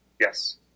Yes